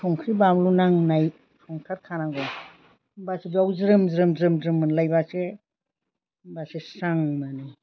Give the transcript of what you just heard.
संख्रि बामलु नांनाय संथारखानांगौ होमब्लासो बेयाव ज्रोम ज्रोम ज्रोम मोनलायब्लासो होमब्लासो स्रां मोनो